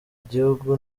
gihugu